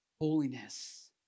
Holiness